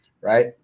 right